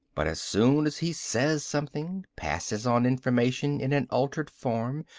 but as soon as he says something, passes on information in an altered form,